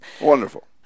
Wonderful